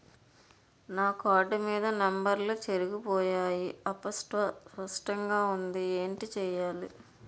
నా కార్డ్ మీద నంబర్లు చెరిగిపోయాయి అస్పష్టంగా వుంది ఏంటి చేయాలి?